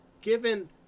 given